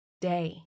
day